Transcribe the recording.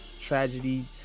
tragedy